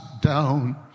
down